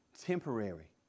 temporary